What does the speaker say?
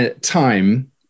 time